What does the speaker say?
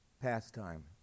Pastime